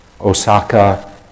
Osaka